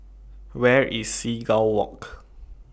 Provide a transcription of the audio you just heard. Where IS Seagull Walk